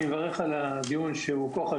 אני מברך על הדיון החשוב,